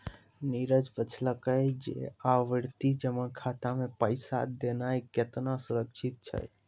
नीरज पुछलकै जे आवर्ति जमा खाता मे पैसा देनाय केतना सुरक्षित छै?